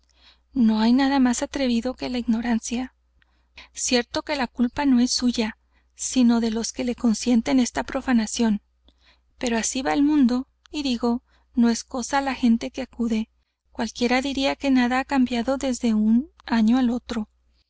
no hay nada más atrevido que la ignorancia cierto que la culpa no es suya sino de los que le consienten esta profanación pero así va el mundo y digo no es cosa la gente que acude cualquiera diría que nada ha cambiado desde un año á otro